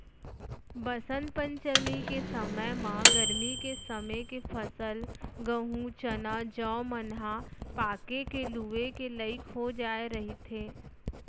बसंत पंचमी के समे म गरमी के समे के फसल गहूँ, चना, जौ मन ह पाके के लूए के लइक हो जाए रहिथे